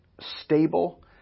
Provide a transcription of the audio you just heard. stable